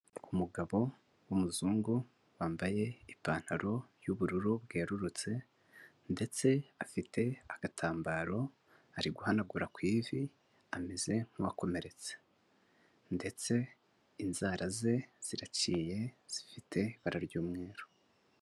Umugabo w'umuzungu wambaye ipantaro y'ubururu bwerurutse, ndetse afite agatambaro ari guhanagura ku ivi ameze nk'uwakomeretse ndetse inzara ze ziraciye zifite ibara ry'umweru.